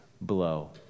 blow